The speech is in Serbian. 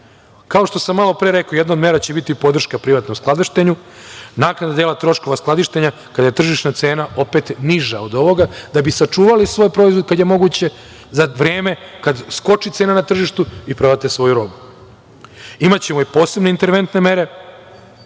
je. Kao što sam malopre rekao, jedna od mera će biti podrška privatnom skladištenju, naknada dela troškova skladištenja kada je tržišna cena opet niža od ovoga, a da bi sačuvali svoj proizvod kada je moguće, za vreme, kad skoči cena na tržištu vi prodate svoju robu. Imaćemo i posebne interventne mere.